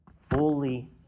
fully